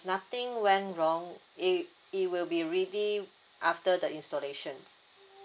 nothing went wrong it it will be ready after the installation